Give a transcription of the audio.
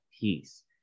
Peace